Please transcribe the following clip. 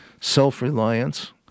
self-reliance